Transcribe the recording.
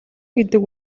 гэдэг